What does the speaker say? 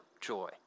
joy